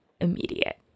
immediate –